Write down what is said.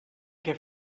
què